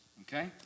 okay